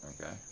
Okay